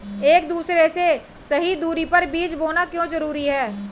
एक दूसरे से सही दूरी पर बीज बोना क्यों जरूरी है?